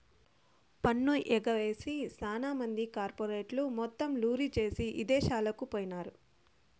పన్ను ఎగవేసి సాన మంది కార్పెరేట్లు మొత్తం లూరీ జేసీ ఇదేశాలకు పోయినారు